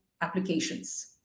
applications